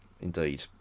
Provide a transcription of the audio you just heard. indeed